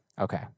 Okay